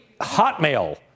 Hotmail